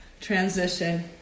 transition